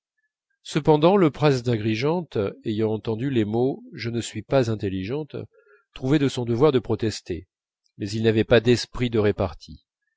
cependant le prince d'agrigente ayant entendu les mots je ne suis pas intelligente trouvait de son devoir de protester mais il n'avait pas d'esprit de répartie